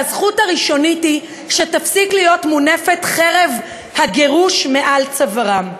והזכות הראשונית היא שתפסיק להיות מונפת חרב הגירוש על צווארם.